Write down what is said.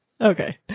Okay